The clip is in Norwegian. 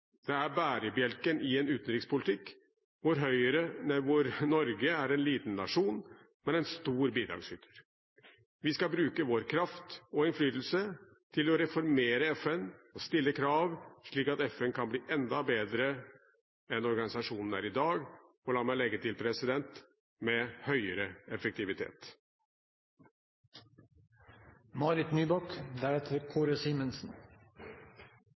Det er bærebjelken i en utenrikspolitikk hvor Norge er en liten nasjon, men en stor bidragsyter. Vi skal bruke vår kraft og innflytelse til å reformere FN og stille krav, slik at FN kan bli enda bedre enn organisasjonen er i dag. Og la meg legge til: med høyere